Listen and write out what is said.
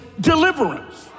deliverance